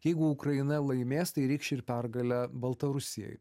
jeigu ukraina laimės tai reikš ir pergalę baltarusijai